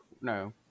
no